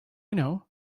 know